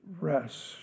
rest